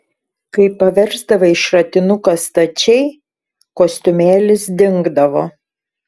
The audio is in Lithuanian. kai paversdavai šratinuką stačiai kostiumėlis dingdavo